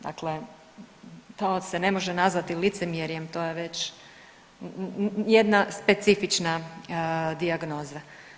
Dakle, to se ne može nazvati licemjerjem, to je već jedna specifična dijagnoza.